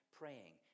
praying